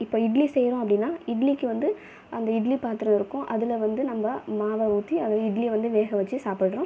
இப்போ இட்லி செய்கிறோம் அப்படின்னால் இட்லிக்கு வந்து அந்த இட்லி பாத்திரம் இருக்கும் அதில் வந்து நம்ம மாவை ஊற்றி அதில் இட்லி வந்து வேக வச்சு சாப்பிடுறோம்